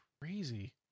crazy